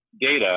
data